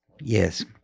Yes